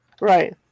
right